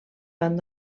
van